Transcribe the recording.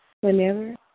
Whenever